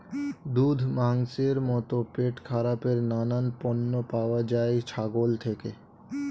দুধ, মাংসের মতো পেটখারাপের নানান পণ্য পাওয়া যায় ছাগল থেকে